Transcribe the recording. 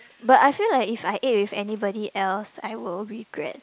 but I feel like if I ate with anybody else I will regret